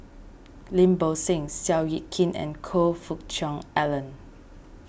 Lim Bo Seng Seow Yit Kin and Choe Fook Cheong Alan